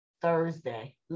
Thursday